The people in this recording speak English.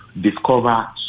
discover